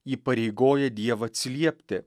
įpareigoja dievą atsiliepti